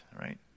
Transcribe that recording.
right